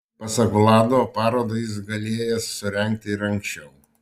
pasak vlado parodą jis galėjęs surengti ir anksčiau